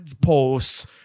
posts